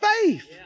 faith